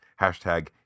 hashtag